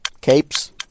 Capes